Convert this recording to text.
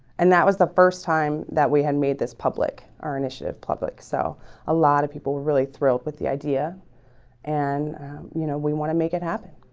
and that was the first time that we had made this public our initiative public so a lot of people were really thrilled with the idea and you know, we want to make it happen.